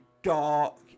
Dark